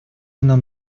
нам